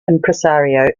impresario